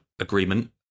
agreement